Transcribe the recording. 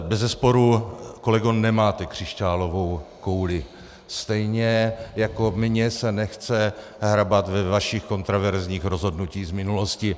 Bezesporu, kolego, nemáte křišťálovou kouli, stejně jako mně se nechce hrabat ve vašich kontroverzních rozhodnutích z minulosti.